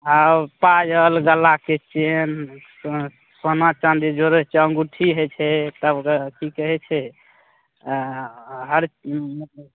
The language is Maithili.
हाँ ओ पायल गलाके चेन सो सोना चाँदी जोड़ै छिए अँगूठी होइ छै सभगर कि कहै छै अँ हर